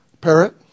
Parrot